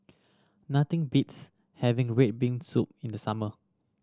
nothing beats having red bean soup in the summer